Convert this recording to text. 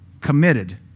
committed